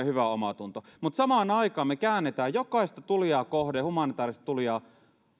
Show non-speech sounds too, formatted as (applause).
(unintelligible) hyvä omatunto mutta samaan aikaan me käännämme jokaista tulijaa humanitääristä tulijaa kohden